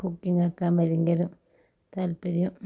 കുക്കിങ്ങാക്കാൻ ഭയങ്കര താൽപ്പര്യം